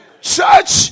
Church